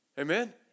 Amen